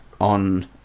on